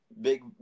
Big